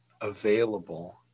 available